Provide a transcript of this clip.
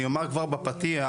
אני אומר כבר בפתיח,